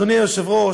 אדוני היושב-ראש,